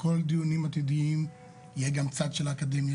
בכל דיונים עתידיים יהיה גם צד של האקדמיה